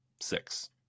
Six